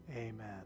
Amen